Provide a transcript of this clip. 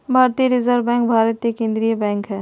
भारतीय reserve bank Bharat के केन्द्रीय बैंक हइ